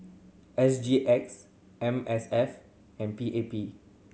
S G X M S F and P A P